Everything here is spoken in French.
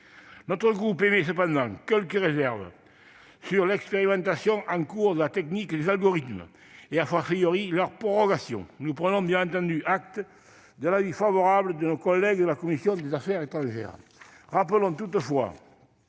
Mon groupe émet cependant quelques réserves sur l'expérimentation en cours de la technique des algorithmes et sur sa prorogation. Nous prenons bien entendu acte de l'avis favorable de nos collègues de la commission des affaires étrangères. Rappelons toutefois